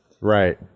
right